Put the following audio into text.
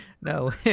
No